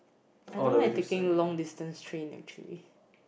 I don't like taking long distance train actually